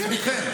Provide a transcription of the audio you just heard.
בזכותכם,